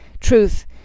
Truth